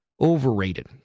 Overrated